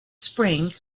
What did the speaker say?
spring